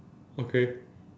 okay